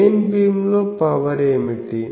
main beam లో power ఏమిటి